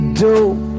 dope